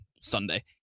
Sunday